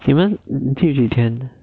你们住几天